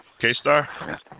K-Star